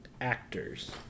actors